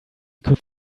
could